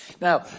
Now